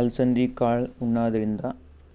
ಅಲಸಂದಿ ಕಾಳ್ ಉಣಾದ್ರಿನ್ದ